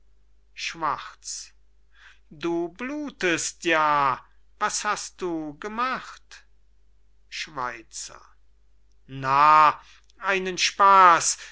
schwarz du blutest ja was hast du gemacht schweizer narr einen spaß